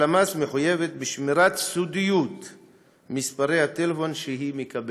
הלמ"ס מחויבת בשמירת סודיות מספרי הטלפון שהיא מקבלת.